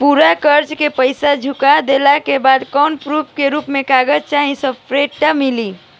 पूरा कर्जा के पईसा चुका देहला के बाद कौनो प्रूफ के रूप में कागज चाहे सर्टिफिकेट मिली?